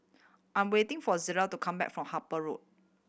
I'm waiting for Zillah to come back from Harper Road